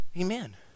Amen